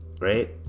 right